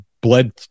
bled